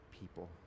people